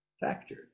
factor